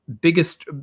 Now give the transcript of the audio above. biggest